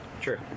True